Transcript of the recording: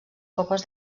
copes